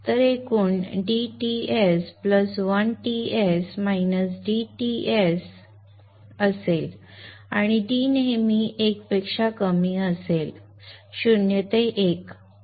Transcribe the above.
तर एकूण dTs 1Ts dTs Ts असेल आणि d नेहमी 1 पेक्षा कमी असेल 0 ते 1